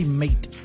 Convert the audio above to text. mate